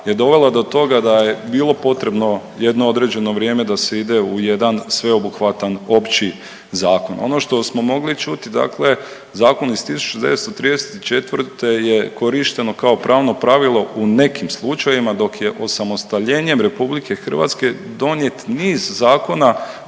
je dovela do toga da je bilo potrebno jedno određeno vrijeme da se ide u jedan sveobuhvatan opći zakon. Ono što smo mogli čuti dakle zakon iz 1934. je korišteno kao pravno pravilo u nekim slučajevima dok je osamostaljenjem RH donijet niz zakona